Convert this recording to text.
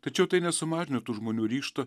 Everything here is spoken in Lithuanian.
tačiau tai nesumažino tų žmonių ryžto